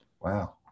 Wow